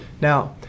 Now